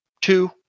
two